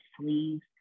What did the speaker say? sleeves